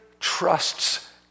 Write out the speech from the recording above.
trusts